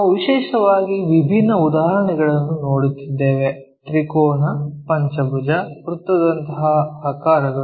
ನಾವು ವಿಶೇಷವಾಗಿ ವಿಭಿನ್ನ ಉದಾಹರಣೆಗಳನ್ನು ನೋಡುತ್ತಿದ್ದೇವೆ ತ್ರಿಕೋನ ಪಂಚಭುಜ ವೃತ್ತದಂತಹ ಆಕಾರಗಳು